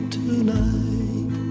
tonight